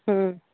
ହୁଁ